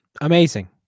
amazing